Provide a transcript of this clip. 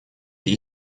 die